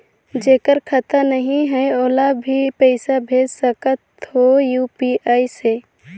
जेकर खाता नहीं है ओला भी पइसा भेज सकत हो यू.पी.आई से?